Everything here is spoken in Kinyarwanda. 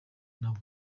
nawe